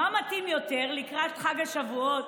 מה מתאים יותר לקראת חג השבועות,